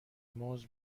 موز